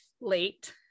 late